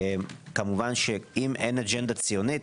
כמובן, אם אין אג'נדה ציונית,